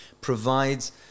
provides